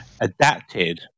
adapted